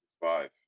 five